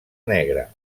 negre